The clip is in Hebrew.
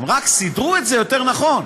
הם רק סידרו את זה יותר נכון.